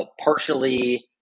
partially